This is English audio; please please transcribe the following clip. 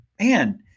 man